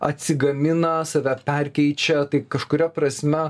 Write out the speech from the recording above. atsigamina save perkeičia tai kažkuria prasme